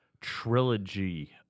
trilogy